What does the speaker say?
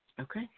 Okay